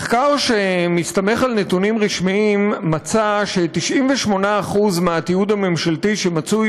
במחקר שמסתמך על נתונים רשמיים נמצא ש-98% מהתיעוד הממשלתי שמצוי